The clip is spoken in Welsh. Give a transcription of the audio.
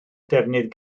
defnydd